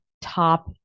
Top